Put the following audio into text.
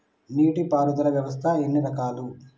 నీటి పారుదల వ్యవస్థ ఎన్ని రకాలు?